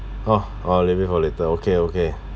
oh oh maybe for later okay okay